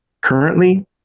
currently